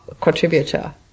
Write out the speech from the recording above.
contributor